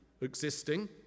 existing